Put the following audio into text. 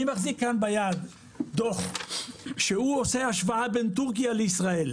אני מחזיק כאן ביד דוח שהוא עושה השוואה בין טורקיה לישראל,